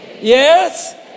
Yes